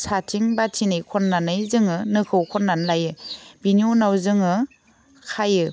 साथिं बाथिनै खन्नानै जोङो नोखौ खन्नानै लायो बिनि उनाव जोङो खायो